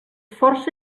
força